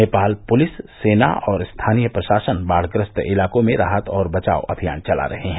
Nepal police सेना और स्थानीय प्रशासन बाढ़ग्रस्त इलाकों में राहत और बचाव अभियान चला रहे हैं